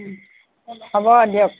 হ'ব দিয়ক